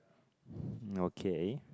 okay